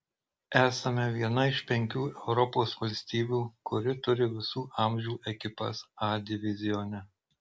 esame viena iš penkių europos valstybių kuri turi visų amžių ekipas a divizione